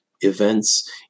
events